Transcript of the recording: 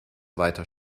weiter